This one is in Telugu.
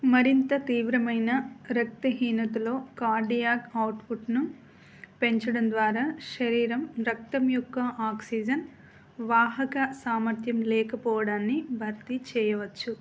మరింత తీవ్రమైన రక్తహీనతలో కార్డియాక్ అవుట్పుట్ను పెంచడం ద్వారా శరీరం రక్తం యొక్క ఆక్సిజన్ వాహక సామర్థ్యం లేకపోవడాన్ని భర్తీ చేయవచ్చు